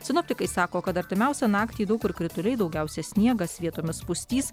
sinoptikai sako kad artimiausią naktį daug kur krituliai daugiausiai sniegas vietomis pustys